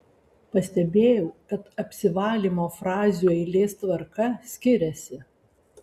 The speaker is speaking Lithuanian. pastebėjau kad apsivalymo frazių eilės tvarka skiriasi